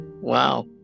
wow